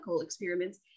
experiments